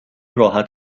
راحت